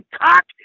cock